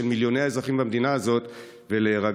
מיליוני אזרחים במדינה הזו ולהירגע.